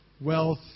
wealth